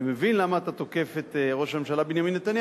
אני מבין למה אתה תוקף את ראש הממשלה נתניהו,